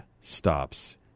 stops